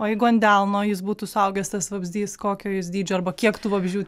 o jeigu ant delno jis būtų suaugęs tas vabzdys kokio jis dydžio arba kiek tų vabzdžių